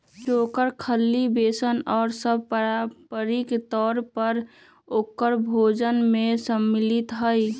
चोकर, खल्ली, बेसन और सब पारम्परिक तौर पर औकर भोजन में शामिल हई